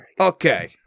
okay